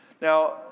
Now